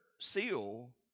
seal